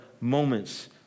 moments